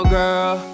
girl